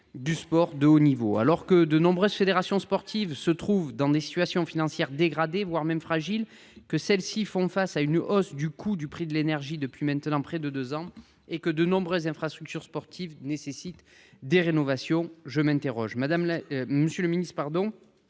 au sport de haut niveau. Alors que de nombreuses fédérations sportives se trouvent dans une situation financière dégradée, voire fragile, alors qu’elles font face à la hausse des coûts de l’énergie depuis maintenant près de deux ans et que de nombreuses infrastructures sportives nécessitent des rénovations, je m’interroge. Monsieur le ministre, les